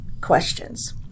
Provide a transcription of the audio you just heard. questions